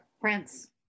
Prince